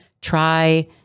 Try